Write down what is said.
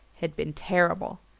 had been terrible.